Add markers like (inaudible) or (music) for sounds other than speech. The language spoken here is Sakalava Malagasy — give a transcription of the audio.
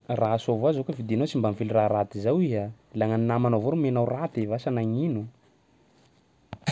Raha soa avao zao koa fidinao tsy mba mifily raha raty zao iha. Laha gnan'ny namanao avao ro omena raty vasa nagnino. (noise)